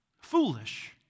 foolish